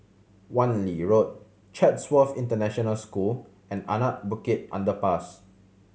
Wan Lee Road Chatsworth International School and Anak Bukit Underpass